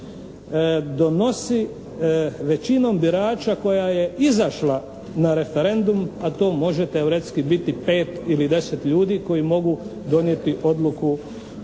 donosi većinom birača koja je izašla na referendum, a to može teoretski biti 5 ili 10 ljudi koji mogu donijeti odluku